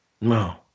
No